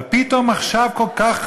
אבל פתאום עכשיו כל כך,